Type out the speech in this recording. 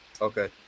Okay